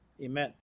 Amen